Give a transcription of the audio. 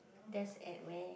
that's at where